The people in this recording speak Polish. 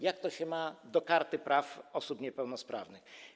Jak to się ma do Karty Praw Osób Niepełnosprawnych?